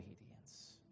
obedience